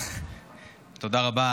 תודה רבה.